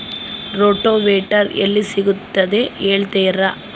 Rotavator ಎಲ್ಲಿ ಸಿಗುತ್ತದೆ ಹೇಳ್ತೇರಾ?